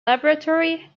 laboratory